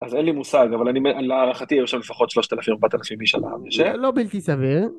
‫אז אין לי מושג, אבל להערכתי ‫יש שם לפחות 3,000-4,000 איש. ‫זה לא בלתי סביר.